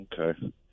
Okay